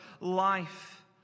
life